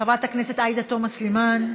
חברת הכנסת עאידה תומא סלימאן,